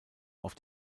auf